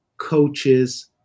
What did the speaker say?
coaches